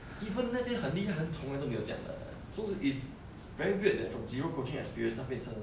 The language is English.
even 那些很厉害从来都没有这样的 so it's very weird that from zero coaching experience 他变成